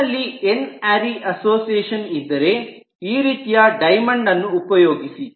ನನ್ನಲ್ಲಿ N A R Y association ಇದ್ದರೆ ಈ ರೀತಿಯ ಡೈಮಂಡ್ ಅನ್ನು ಉಪಯೋಗಿಸಿ